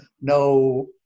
no